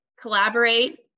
collaborate